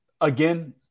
again